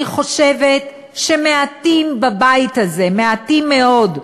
אני חושבת שמעטים בבית הזה, מעטים מאוד,